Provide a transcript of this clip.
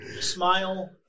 smile